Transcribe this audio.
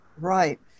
Right